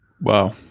Wow